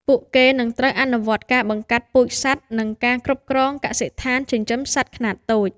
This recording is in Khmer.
ពួកគេនឹងត្រូវអនុវត្តការបង្កាត់ពូជសត្វនិងការគ្រប់គ្រងកសិដ្ឋានចិញ្ចឹមសត្វខ្នាតតូច។